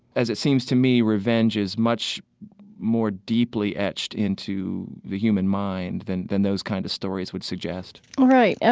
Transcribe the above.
as it seems to me revenge is much more deeply etched into the human mind than than those kind of stories would suggest right. yeah